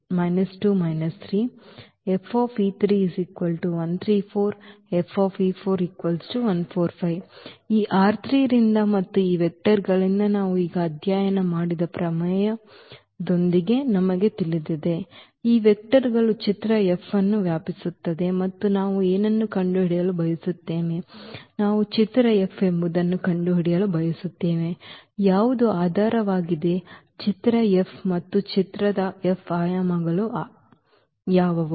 ಈ ರಿಂದ ಮತ್ತು ಈ ವೆಕ್ಟರ್ಗಳಿಂದ ನಾವು ಈಗ ಅಧ್ಯಯನ ಮಾಡಿದ ಪ್ರಮೇಯದೊಂದಿಗೆ ನಮಗೆ ತಿಳಿದಿದೆ ಈ ವೆಕ್ಟರ್ಗಳು ಚಿತ್ರ F ಅನ್ನು ವ್ಯಾಪಿಸುತ್ತದೆ ಮತ್ತು ನಾವು ಏನನ್ನು ಕಂಡುಹಿಡಿಯಲು ಬಯಸುತ್ತೇವೆ ನಾವು ಚಿತ್ರ F ಎಂಬುದನ್ನು ಕಂಡುಹಿಡಿಯಲು ಬಯಸುತ್ತೇವೆ ಯಾವುದು ಆಧಾರವಾಗಿದೆ ಚಿತ್ರ F ಮತ್ತು ಚಿತ್ರದ F ಆಯಾಮಗಳು ಯಾವುವು